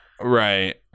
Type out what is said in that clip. right